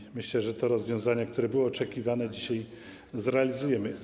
I myślę, że to rozwiązanie, które było oczekiwane, dzisiaj zrealizujemy.